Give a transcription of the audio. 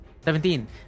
Seventeen